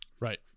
Right